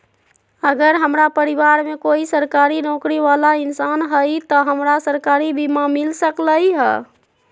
अगर हमरा परिवार में कोई सरकारी नौकरी बाला इंसान हई त हमरा सरकारी बीमा मिल सकलई ह?